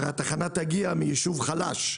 התחנה תהיה ביישוב חלש,